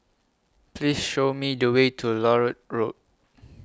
Please Show Me The Way to Larut Road